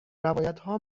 روایتها